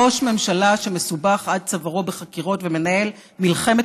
ראש ממשלה שמסובך עד צווארו בחקירות ומנהל מלחמת